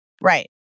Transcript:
Right